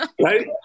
right